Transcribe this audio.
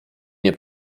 nie